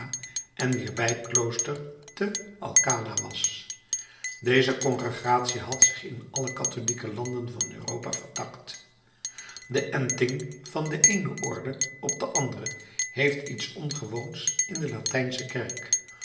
en wier bijklooster te alcala was deze congregatie had zich in alle katholieke landen van europa vertakt de enting van de eene orde op een andere heeft iets ongewoons in de latijnsche kerk